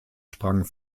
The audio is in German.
sprang